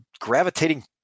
gravitating